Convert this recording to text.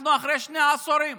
אנחנו אחרי שני עשורים,